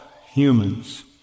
humans